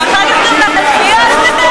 שר האוצר לא מקשיב לעצמו, גם להצביע על זה?